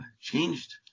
changed